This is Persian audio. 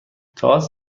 تئاتر